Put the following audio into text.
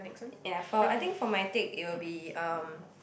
ya for I think for my take it'll be um